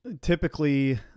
Typically